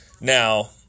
Now